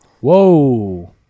Whoa